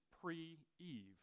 pre-Eve